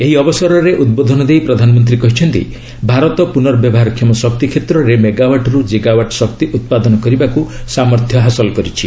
ଏହି ଅବସରରେ ଉଦ୍ବୋଧ ଦେଇ ପ୍ରଧାନମନ୍ତ୍ରୀ କହିଛନ୍ତି ଭାରତ ପୁନର୍ବ୍ୟବହାରକ୍ଷମ ଶକ୍ତି କ୍ଷେତ୍ରରେ ମେଗାୱାଟ୍ରୁ ଜିଗାୱାଟ୍ ଶକ୍ତି ଉତ୍ପାଦନ କରିବାକୁ ସାମର୍ଥ୍ୟ ହାସଲ କରିଛି